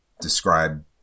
describe